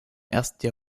ersten